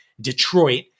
Detroit